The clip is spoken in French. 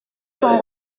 son